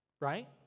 Right